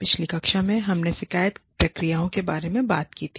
पिछली कक्षा में हमने शिकायत प्रक्रियाओं के बारे में बात की थी